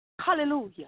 Hallelujah